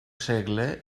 segle